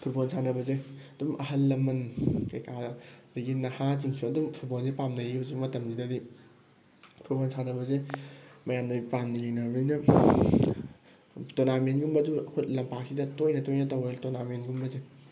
football ꯁꯥꯟꯅꯕꯁꯦ ꯑꯗꯨꯝ ꯑꯍꯜ ꯂꯃꯟ ꯀꯩꯀꯥꯗꯒꯤ ꯅꯍꯥꯁꯤꯡꯁꯨ ꯑꯗꯨꯝ ꯐꯨꯠꯕꯣꯜꯁꯦ ꯄꯥꯝꯅꯩꯌꯦ ꯍꯧꯖꯤꯛ ꯃꯇꯝꯁꯤꯗꯗꯤ ꯐꯨꯠꯕꯣꯜ ꯁꯥꯟꯅꯕꯁꯦ ꯃꯌꯥꯝꯅ ꯄꯥꯝꯅ ꯌꯦꯡꯅꯔꯕꯅꯤꯅ ꯇꯣꯔꯅꯥꯃꯦꯟꯒꯨꯝꯕꯁꯨ ꯑꯩꯈꯣꯏ ꯂꯝꯄꯥꯛꯁꯤꯗ ꯇꯣꯏꯅ ꯇꯣꯏꯅ ꯇꯧꯋꯦ ꯇꯣꯔꯅꯥꯃꯦꯟꯒꯨꯝꯕꯁꯦ